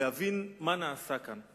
להבין מה נעשה כאן.